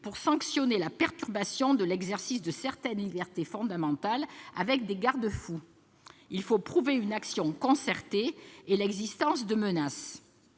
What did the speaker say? pour sanctionner la perturbation de l'exercice de certaines libertés fondamentales, avec des garde-fous : il faut prouver une action concertée et l'existence de menaces.